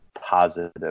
positive